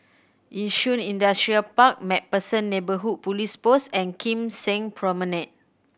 Yishun Industrial Park Macpherson Neighbourhood Police Post and Kim Seng Promenade